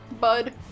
bud